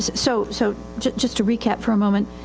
so, so just to recap for a moment.